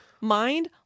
mind